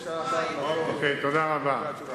תודה רבה.